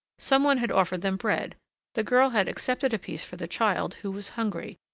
some one had offered them bread the girl had accepted a piece for the child, who was hungry,